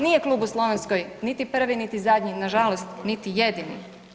Nije klub u Slovenskoj niti prvi, niti zadnji, na žalost niti jedini.